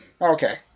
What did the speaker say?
Okay